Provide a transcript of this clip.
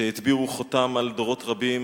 שהטביעו חותם על דורות רבים.